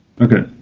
Okay